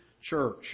church